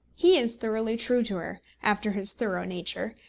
he is thoroughly true to her, after his thorough nature,